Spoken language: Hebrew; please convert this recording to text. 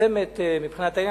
מצמצמת מבחינת העניין,